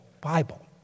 Bible